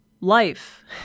life